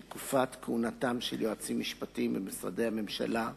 של תקופת כהונתם של יועצים משפטיים במשרדי הממשלה,